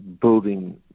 building